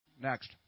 Next